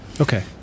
Okay